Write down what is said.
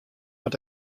moat